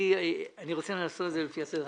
אני רוצה לעשות את זה לפי הסדר.